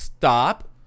Stop